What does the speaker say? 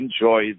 enjoy